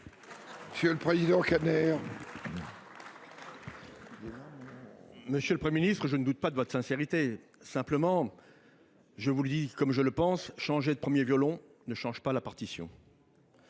pour la réplique. Monsieur le Premier ministre, je ne doute pas de votre sincérité. Simplement, je vous le dis comme je le pense : changer de premier violon ne change pas la partition.